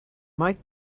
mike